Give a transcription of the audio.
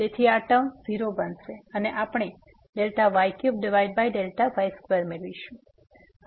તેથી આ ટર્મ 0 બનશે અને આપણે y3y2 મેળવીશું